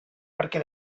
perquè